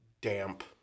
damp